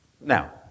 Now